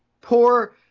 poor